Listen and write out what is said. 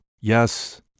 Yes